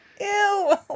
Ew